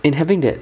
in having that